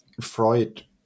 Freud